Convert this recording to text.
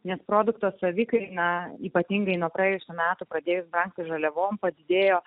nes produkto savikaina ypatingai nuo praėjusių metų pradės dar žaliavos padidėjo